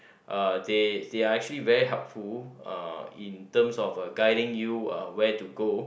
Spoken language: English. uh they they are actually very helpful uh in terms of uh guiding you uh where to go